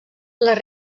les